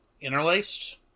interlaced